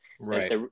Right